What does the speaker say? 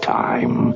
time